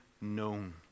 known